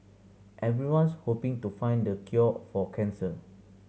everyone's hoping to find the cure for cancer